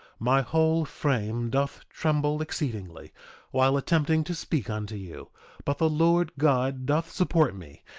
my whole frame doth tremble exceedingly while attempting to speak unto you but the lord god doth support me,